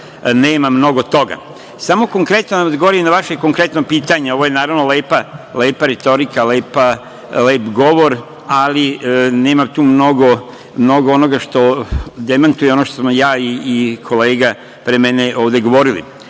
nema mnogo toga. Samo konkretno da vam odgovorim na vaše konkretno pitanje. Ovo je naravno lepa retorika, lep govor, ali nema tu mnogo onoga što demantuje ono što sam ja i kolega pre mene ovde govorili.